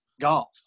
golf